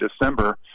December